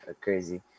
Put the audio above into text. crazy